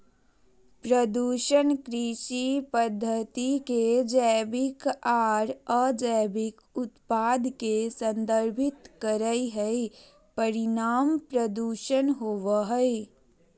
प्रदूषण कृषि पद्धति के जैविक आर अजैविक उत्पाद के संदर्भित करई हई, परिणाम प्रदूषण होवई हई